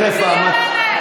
זה יהיה מהמם.